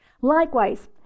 likewise